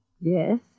Yes